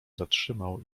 zatrzymał